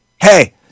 Hey